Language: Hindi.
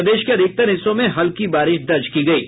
प्रदेश के अधिकतर हिस्सों में हल्की बारिश दर्ज की गयी है